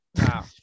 wow